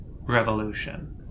revolution